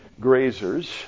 grazers